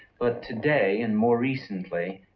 but today, and more recently,